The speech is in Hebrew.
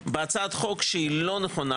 בהצעת חוק שהיא לא נכונה,